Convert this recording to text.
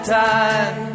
time